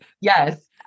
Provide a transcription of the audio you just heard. Yes